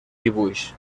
dibuix